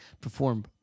perform